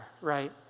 right